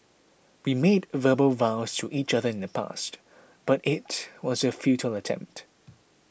we made verbal vows to each other in the past but it was a futile attempt